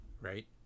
right